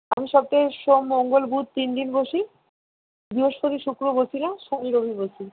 আমি সপ্তাহে সোম মঙ্গল বুধ তিনদিন বসি বৃহঃস্পতি শুক্র বসি না শনি রবি বসি